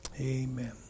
amen